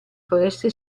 foreste